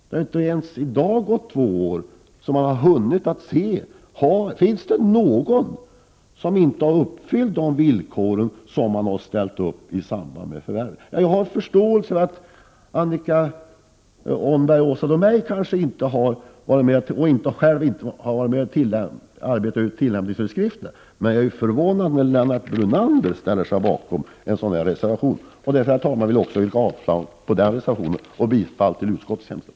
Det har inte ens gått två år, och man har inte hunnit se om det finns någon som inte har uppfyllt de villkor som ställdes i samband med förvärvet. Jag förstår Annika Åhnberg och Åsa Domeij, som inte har varit med om att utarbeta tillämpningsföreskrifterna, men jag är förvånad att Lennart Brunander ställer sig bakom en sådan här reservation. Herr talman! Jag yrkar avslag även på den reservationen och bifall till utskottets hemställan.